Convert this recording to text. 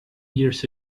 years